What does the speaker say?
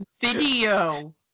Video